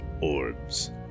orbs